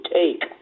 take